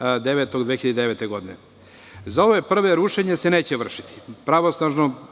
2009. godine. Za ove prve rušenje se neće vršiti